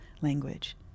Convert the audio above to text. language